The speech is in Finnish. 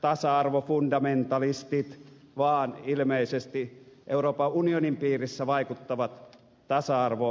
tasa arvofundamentalistit vaan ilmeisesti euroopan unionin piirissä vaikuttavat tasa arvofundamentalistit